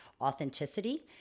authenticity